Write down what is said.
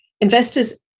investors